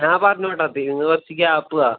ഞാൻ പറഞ്ഞോട്ടത്തീ നിങ്ങൾ കുറച്ച് ഗ്യാപ്പ് താ